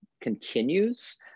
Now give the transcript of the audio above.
continues